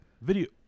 video